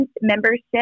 membership